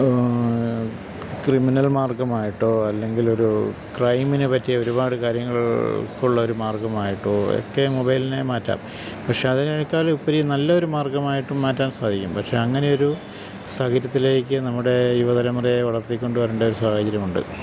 criminal മാർഗമായിട്ടോ അല്ലെങ്കിലൊരു ക്രൈമിനെ പറ്റിയൊരുപാടു കാര്യങ്ങൾക്കുള്ളൊരു മാർഗ്ഗമായിട്ടോ ഒക്കെ മൊബൈലിനെ മാറ്റാം പക്ഷെ അതിനേക്കാളുപരി നല്ലൊരു മാർഗ്ഗമായിട്ടും മാറ്റാൻ സാധിക്കും പക്ഷെ അങ്ങനെയൊരു സാഹചര്യത്തിലേക്കു നമ്മുടെ യുവതലമുറയെ വളർത്തിക്കൊണ്ടുവരേണ്ട ഒരു സാഹചര്യമുണ്ട്